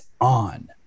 on